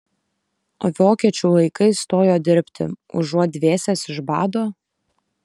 vokiečių laikais stojo dirbti užuot dvėsęs iš bado